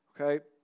Okay